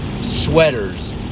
sweaters